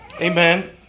Amen